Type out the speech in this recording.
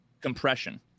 compression